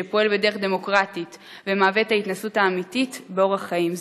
שפועל בדרך דמוקרטית ומהווה את ההתנסות האמיתית באורח חיים זה.